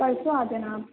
پرسوں آجانا آپ